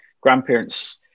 grandparents